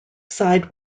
side